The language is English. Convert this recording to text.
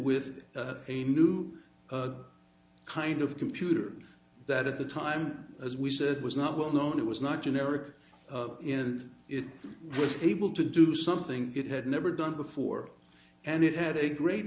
with a new kind of computer that at the time as we said was not well known it was not generic and it was able to do something it had never done before and it had a great